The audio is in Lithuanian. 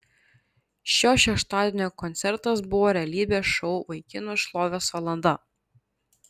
šio šeštadienio koncertas buvo realybės šou vaikinų šlovės valanda